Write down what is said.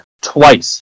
twice